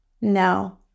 no